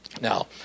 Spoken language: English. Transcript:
Now